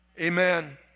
Amen